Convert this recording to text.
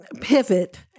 pivot